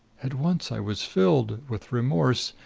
at once i was filled with remorse.